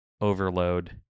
overload